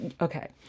Okay